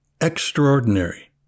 extraordinary